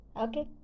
okay